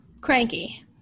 cranky